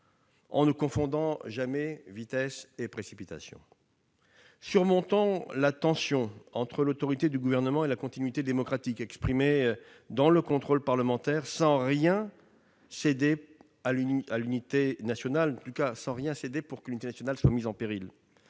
en ne confondant jamais vitesse et précipitation. Surmontons la tension entre l'autorité du Gouvernement et la continuité démocratique exprimée dans le contrôle parlementaire, sans rien céder sur l'unité nationale, sans la laisser mettre en péril.